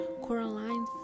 Coraline